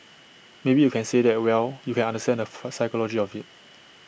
maybe you can say that well you can understand the full psychology of IT